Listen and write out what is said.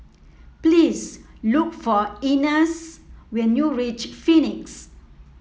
please look for Ines when you reach Phoenix